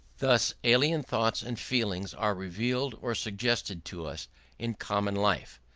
thus alien thoughts and feelings are revealed or suggested to us in common life,